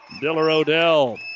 Diller-Odell